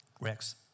rex